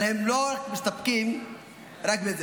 אבל הם לא מסתפקים רק בזה.